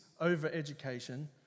over-education